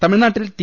തമിഴ്നാട്ടിൽ ടി